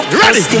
ready